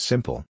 Simple